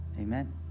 Amen